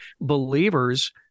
believers